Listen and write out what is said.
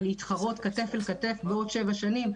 ולהתחרות כתף אל כתף בעוד שבע שנים.